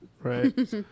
right